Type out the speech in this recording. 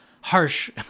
harsh